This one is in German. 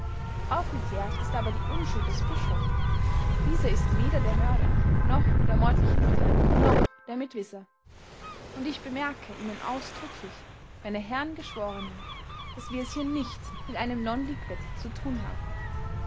aufgeklärt ist aber die unschuld des buschhoff dieser ist weder der mörder noch der mordgehilfe noch der mitwisser und ich bemerke ihnen ausdrücklich meine herren geschworenen daß wir es hier nicht mit einem non liquet zu tun haben